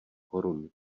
korun